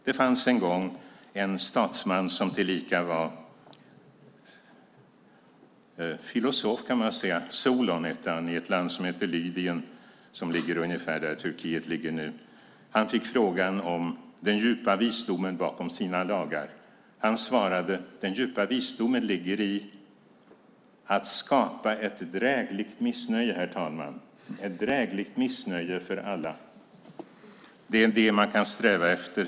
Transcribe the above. Det fanns en gång en statsman som tillika var filosof, Solon hette han, i ett land som hette Lydien som ligger ungefär där Turkiet ligger nu. Han fick frågan om den djupa visdomen bakom sina lagar. Han svarade: Den djupa visdomen ligger i att skapa ett drägligt missnöje. Ett drägligt missnöje, herr talman, för alla är vad man kan sträva efter.